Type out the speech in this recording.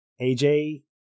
AJ